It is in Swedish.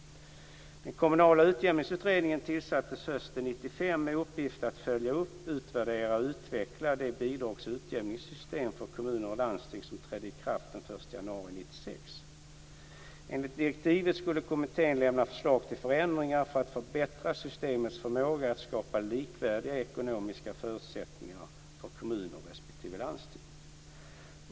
Den kommunala utjämningsutredningen tillsattes hösten 1995 med uppgiften att följa upp, utvärdera och utveckla det bidrags och utjämningssystem för kommuner och landsting som trädde i kraft den 1 januari 1996. Enligt direktivet skulle kommittén lämna förslag till förändringar för att förbättra systemets förmåga att skapa likvärdiga ekonomiska förutsättningar för kommuner respektive landsting.